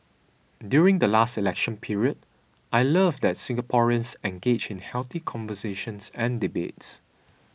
during the last election period I love that Singaporeans engage in healthy conversations and debates